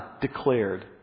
declared